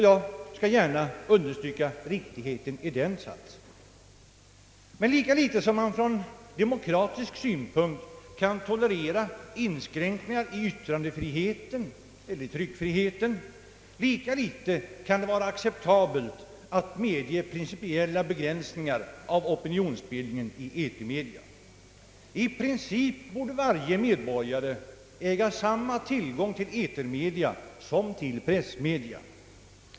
Jag skall gärna understryka riktigheten i denna sats, men lika litet som man ur demokratisk synvinkel kan tolerera inskränkningar i yttrandefriheten eller i tryckfriheten, lika litet kan det vara acceptabelt att medge principiella begränsningar av opinionsbildningen i etermedia. I princip borde varje medborgare äga samma tillgång till etermedia som till pressmedia.